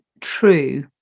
true